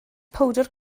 powdr